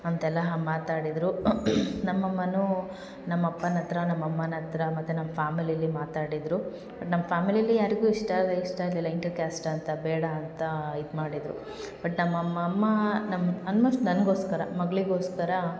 ಅಂತೆಲ್ಲ ಮಾತಾಡಿದರು ನಮ್ಮ ಅಮ್ಮನೂ ನಮ್ಮ ಅಪ್ಪನ ಹತ್ರ ನಮ್ಮ ಅಮ್ಮನ ಹತ್ರ ಮತ್ತು ನಮ್ಮ ಫ್ಯಾಮಿಲಿಲಿ ಮಾತಾಡಿದರು ನಮ್ಮ ಫ್ಯಾಮಿಲಿಲಿ ಯಾರಿಗೂ ಇಷ್ಟ ಇರ್ ಇಷ್ಟ ಇರಲಿಲ್ಲ ಇಂಟರ್ ಕ್ಯಾಸ್ಟ್ ಅಂತ ಬೇಡ ಅಂತ ಇದು ಮಾಡಿದರು ಬಟ್ ನಮ್ಮ ಅಮ್ ಅಮ್ಮ ನಮ್ಮ ಅಲ್ಮೋಸ್ಟ್ ನನಗೋಸ್ಕರ ಮಗಳಿಗೋಸ್ಕರ